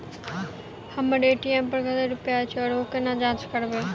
हम्मर ए.टी.एम पर कतेक रुपया अछि, ओ कोना जाँच करबै?